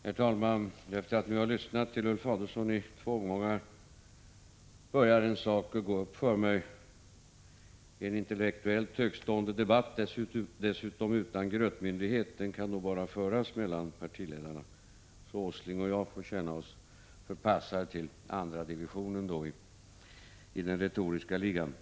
Herr talman! Efter att jag nu har lyssnat till Ulf Adelsohn i två omgångar börjar en sak gå upp för mig. En intellektuellt högtstående debatt, dessutom utan grötmyndighet, kan bara föras mellan partiledarna. Nils G. Åsling och jag får känna oss förpassade till andra divisionen i den retoriska ligan. Prot.